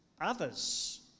others